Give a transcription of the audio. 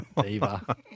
Diva